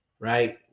right